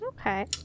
Okay